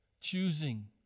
choosing